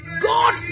God